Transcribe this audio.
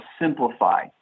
simplify